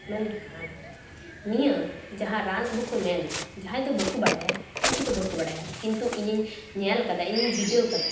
ᱢᱮᱱᱠᱷᱟᱱ ᱱᱤᱭᱟᱹ ᱡᱟᱦᱟᱸ ᱨᱟᱱ ᱟᱵᱚ ᱠᱚ ᱢᱮᱱᱟ ᱡᱟᱦᱟᱸᱭ ᱫᱚ ᱵᱟᱠᱚ ᱵᱟᱰᱟᱭᱟ ᱩᱝᱠᱩ ᱫᱚ ᱵᱟᱠᱚ ᱵᱟᱰᱟᱭᱟ ᱠᱤᱱᱛᱩ ᱤᱧᱤᱧ ᱧᱮᱞ ᱠᱟᱫᱟ ᱤᱧᱤᱧ ᱵᱤᱰᱟᱹᱣ ᱠᱟᱫᱟ